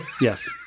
Yes